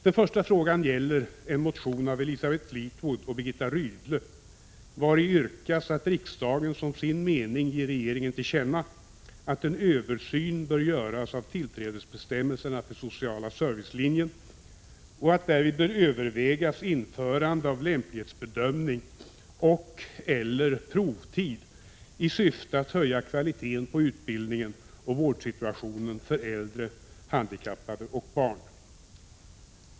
Den första frågan gäller en motion av Elisabeth Fleetwood och Birgitta Rydle, vari yrkas att riksdagen som sin mening ger regeringen till känna att en översyn bör göras av tillträdesbestämmelserna för social servicelinje och att därvid bör övervägas införande av lämplighetsbedömning och/eller provtid i syfte att höja kvaliteten på utbildningen och vårdsituationen för äldre, handikappade och barn.